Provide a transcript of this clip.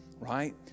right